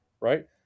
right